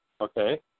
okay